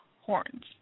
horns